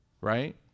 right